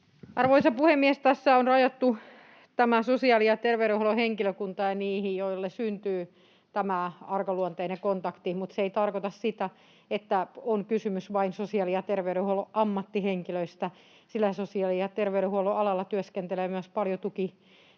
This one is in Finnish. Arvoisa puhemies! Tässä on rajattu sosiaali‑ ja terveydenhuollon henkilökunta niihin, joilla syntyy tämä arkaluonteinen kontakti, mutta se ei tarkoita sitä, että on kysymys vain sosiaali‑ ja terveydenhuollon ammattihenkilöistä, sillä sosiaali‑ ja terveydenhuollon alalla työskentelee myös paljon